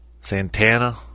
Santana